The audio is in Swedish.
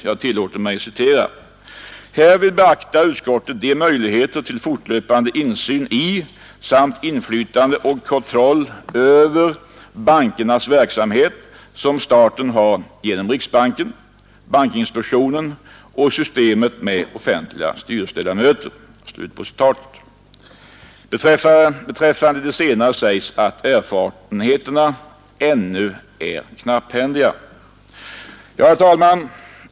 Jag tillåter mig citera: ”Härvid beaktar utskottet de möjligheter till fortlöpande insyn i samt inflytande och kontroll över bankernas verksamhet som staten har genom riksbanken, bankinspektionen och systemet med offentliga styrelseledamöter.” Beträffande de sistnämnda sägs att erfarenheterna ännu är knapphändiga. Herr talman!